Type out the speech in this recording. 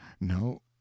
No